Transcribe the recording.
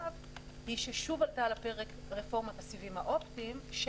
היא ששוב עלתה על הפרק רפורמת הסיבים האופטיים,